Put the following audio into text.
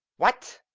what!